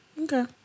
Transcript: Okay